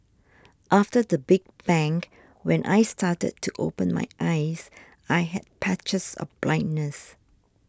after the big bang when I started to open my eyes I had patches of blindness